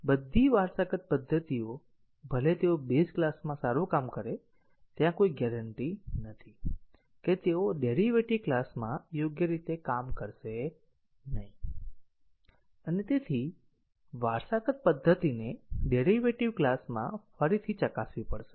બધી વારસાગત પદ્ધતિઓ ભલે તેઓ બેઝ ક્લાસમાં સારું કામ કરે ત્યાં કોઈ ગેરંટી નથી કે તેઓ ડેરીવેટીવ ક્લાસમાં યોગ્ય રીતે કામ કરશે નહીં અને વારસાગત પદ્ધતિને ડેરીવેટીવ ક્લાસમાં ફરીથી ચકાસવી પડશે